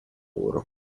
loro